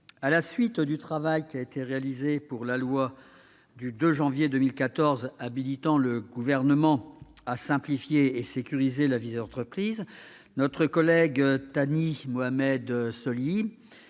À la suite du travail réalisé au sujet de la loi du 2 janvier 2014 habilitant le Gouvernement à simplifier et sécuriser la vie des entreprises, notre collègue Thani Mohamed Soilihi